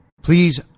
Please